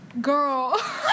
Girl